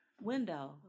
window